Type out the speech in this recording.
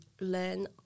learn